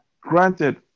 Granted